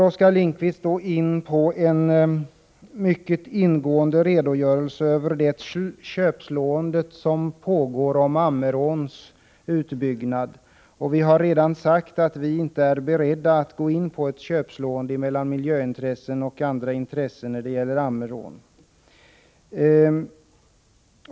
Oskar Lindkvist gav en mycket ingående redogörelse för det köpslående som pågår om Ammeråns utbyggnad. Vi har redan förklarat att vi inte är beredda att gå in på ett köpslående mellan miljöintressen och andra intressen när det gäller Ammerån.